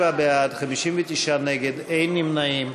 47 בעד, 59 נגד ואין נמנעים.